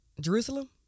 Jerusalem